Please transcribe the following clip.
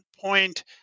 point